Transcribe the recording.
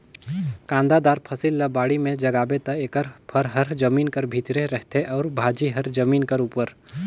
कांदादार फसिल ल बाड़ी में जगाबे ता एकर फर हर जमीन कर भीतरे रहथे अउ भाजी हर जमीन कर उपर